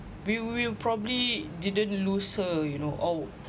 we will probably didn't lose her you know or